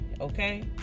Okay